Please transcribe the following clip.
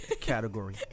category